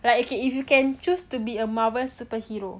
like ok if you can choose to be a Marvel superhero